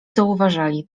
zauważali